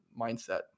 mindset